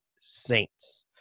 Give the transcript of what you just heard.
Saints